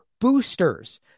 boosters